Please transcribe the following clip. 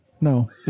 no